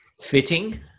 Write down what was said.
fitting